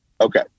Okay